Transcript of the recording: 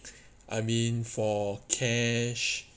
I mean for cash